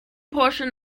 portion